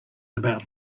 about